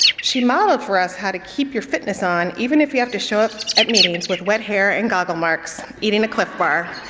she modeled for us how to keep your fitness on even if you have to show up at meetings with wet hair and goggle marks eating a clif bar.